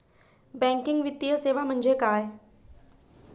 Banking वित्तीय सेवा म्हणजे काय?